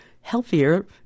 healthier